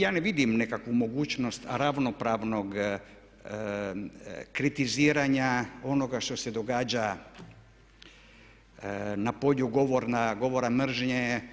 Ja ne vidim nikakvu mogućnost ravnopravnog kritiziranja onoga što se događa na polju govora mržnje.